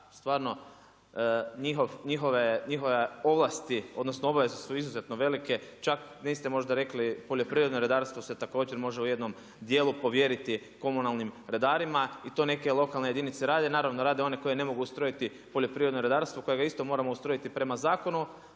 stvarno njihove ovlasti odnosno obaveze su izuzetno velike čak niste možda rekli poljoprivredno redarstvo se također može u jednom dijelu povjeriti komunalnim redarima i to neke lokalne jedinice rade. Naravno rade one koje ne mogu ustrojiti poljoprivredno redarstvo kojega isto moramo ustrojiti prema zakonu,